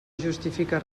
justifica